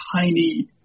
tiny